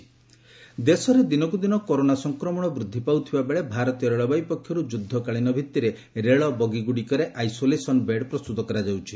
ରେଲଓ୍ corona ଦେଶରେ ଦିନକୁ ଦିନ କରୋନା ସଂକ୍ରମଣ ବୂଦ୍ଧି ପାଉଥିବା ବେଳେ ଭାରତୀୟ ରେଳବାଇ ପକ୍ଷରୁ ଯୁଦ୍ଧକାଳୀନ ଭିତ୍ତିରେ ରେଳବଗିଗୁଡ଼ିକରେ ଆଇସୋଲେସନ୍ ବେଡ୍ ପ୍ରସ୍ତୁତ କରାଯାଉଛି